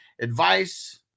advice